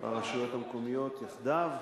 והרשויות המקומיות יחדיו,